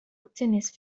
التنس